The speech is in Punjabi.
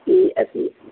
ਅਤੇ ਅਸੀਂ